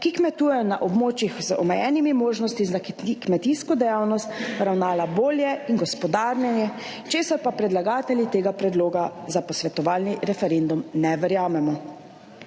ki kmetujejo na območjih z omejenimi možnostmi za kmetijsko dejavnost, ravnala bolje in gospodarjenje, česar pa predlagatelji tega predloga za posvetovalni referendum ne verjamemo.